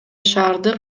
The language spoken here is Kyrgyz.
шаардык